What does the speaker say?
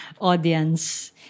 audience